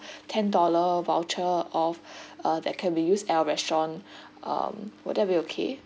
ten dollar voucher of uh that can be used at our restaurant um would that be okay